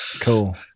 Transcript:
cool